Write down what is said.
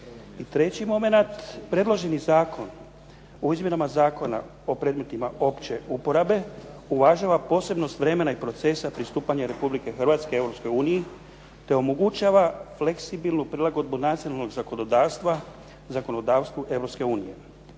treći momenat, predloženi Zakon o izmjenama Zakona o predmetima opće uporabe uvažava posebnog vremena i procesa pristupanja Republike Hrvatske Europskoj uniji te omogućava fleksibilnu prilagodbu nacionalnog zakonodavstva zakonodavstvu